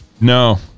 No